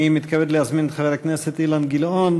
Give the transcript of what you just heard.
אני מתכבד להזמין את חבר הכנסת אילן גילאון,